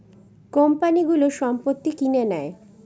কোম্পানিগুলো সম্পত্তি কিনে নেয়